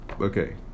okay